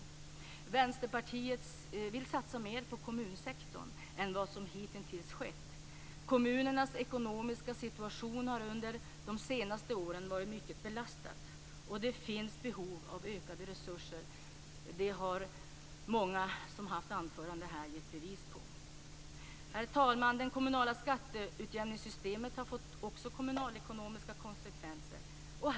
Vänsterpartiet vill satsa mer på kommunsektorn än vad som hittills skett. Kommunernas ekonomiska situation har under de senaste åren varit mycket belastad. Det finns behov av ökade resurser. Det har många som hållit anföranden här givit bevis på. Herr talman! Det kommunala skatteutjämningssystemet har också fått kommunalekonomiska konsekvenser.